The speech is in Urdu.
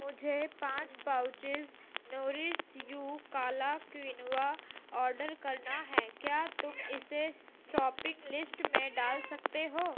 مجھے پانچ پاؤچز نورشس یو کالا کوینوا آڈر کرنا ہے کیا تم اسے ساپنگ لسٹ میں ڈال سکتے ہو